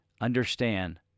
understand